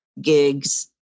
gigs